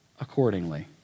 accordingly